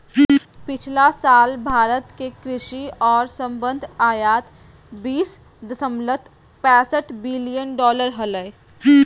पिछला साल भारत के कृषि और संबद्ध आयात बीस दशमलव पैसठ बिलियन डॉलर हलय